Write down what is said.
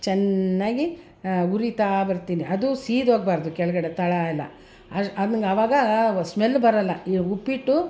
ಚೆನ್ನಾಗಿ ಉರಿತಾ ಬರ್ತೀನಿ ಅದು ಸೀದು ಹೋಗ್ಬಾರ್ದು ಕೆಳಗಡೆ ತಳ ಎಲ್ಲ ಅದು ಅವು ಆವಾಗ ಸ್ಮೆಲ್ ಬರೋಲ್ಲ ಈ ಉಪ್ಪಿಟ್ಟು